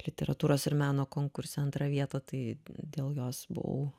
literatūros ir meno konkurse antrą vietą tai dėl jos buvau